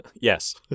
Yes